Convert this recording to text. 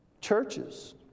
churches